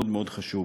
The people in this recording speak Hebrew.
מאוד מאוד חשוב.